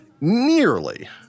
nearly